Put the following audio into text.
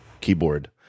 keyboard